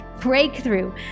breakthrough